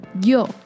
yo